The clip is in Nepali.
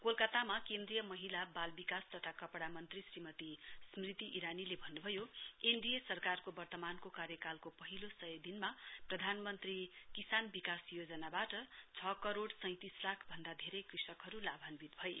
कोलकातामा केन्द्रीय महिला बाल विकास तथा कपड़ा मन्त्री श्रीमती स्मृति इरानीले भन्न्भयो एनडिए सरकारको वर्तमानको कार्यकालको पहिलो सयदिनमा प्रधानमन्त्री किसान विकास योजनाबाट छ करोड़ सैंतिस लाख भन्दा धेरै कृषकहरू लाभान्वित भए